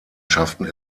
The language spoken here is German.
schafften